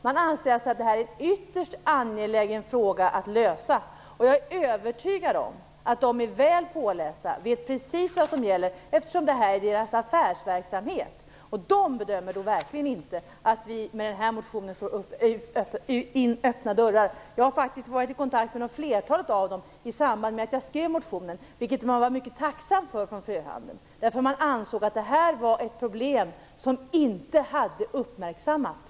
Man anser att detta är en ytterst angelägen fråga att lösa. Jag är övertygad om att de är väl pålästa och vet precis vad som gäller, eftersom detta är deras affärsverksamhet. De bedömer verkligen inte att vi med denna motion slår in öppna dörrar. Jag har varit i kontakt med flertalet av dem i samband med att jag skrev motionen, vilket man från fröhandeln varit mycket tacksam för. Man ansåg att detta var ett problem som inte hade uppmärksammats.